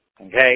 okay